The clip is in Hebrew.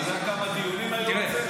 אתה יודע כמה דיונים היו על זה?